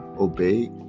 obey